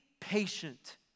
patient